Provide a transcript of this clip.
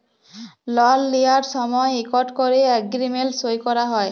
লল লিঁয়ার সময় ইকট ক্যরে এগ্রীমেল্ট সই ক্যরা হ্যয়